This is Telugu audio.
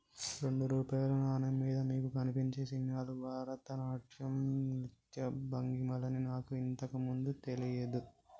రెండు రూపాయల నాణెం మీద మీకు కనిపించే చిహ్నాలు భరతనాట్యం నృత్య భంగిమలని నాకు ఇంతకు ముందు తెలియదు